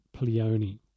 Pleione